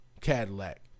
Cadillac